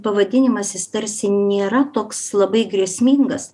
pavadinimas jis tarsi nėra toks labai grėsmingas